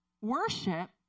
worship